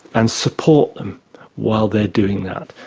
and support them while they are doing that.